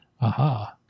Aha